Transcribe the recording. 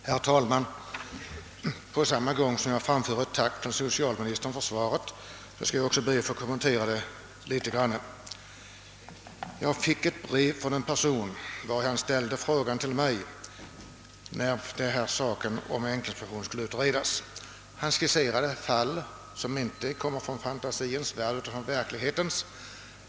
Herr talman! På samma gång som jag framför ett tack till socialministern för svaret ber jag att få kommentera det litet grand. Från en person fick jag ett brev, vari han undrade när frågan om änklingspension skulle utredas. Han skisserade fall som inte kommer från fantasiens värld utan från verkligheten.